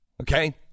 Okay